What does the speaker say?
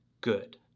Good